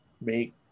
make